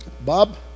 Bob